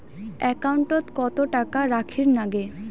একাউন্টত কত টাকা রাখীর নাগে?